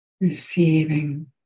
Receiving